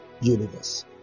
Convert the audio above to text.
universe